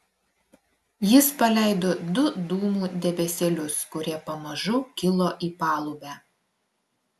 jis paleido du dūmų debesėlius kurie pamažu kilo į palubę